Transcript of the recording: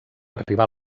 arribar